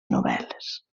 novel·les